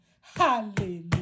Hallelujah